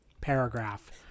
paragraph